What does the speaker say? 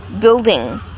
building